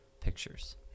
pictures